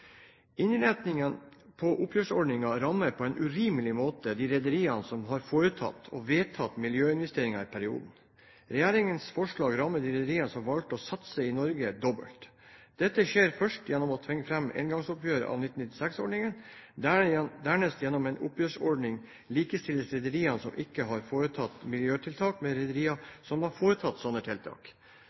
på oppgjørsordningen rammer på en urimelig måte de rederiene som har foretatt og vedtatt miljøinvesteringer i perioden. Regjeringens forslag rammer de rederiene som valgte å satse i Norge, dobbelt. Dette skjer først gjennom å tvinge fram et engangsoppgjør av 1996-ordningen og dernest gjennom at oppgjørsordningen likestiller rederier som ikke har foretatt miljøtiltak, med rederier som har foretatt slike tiltak.